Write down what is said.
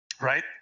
right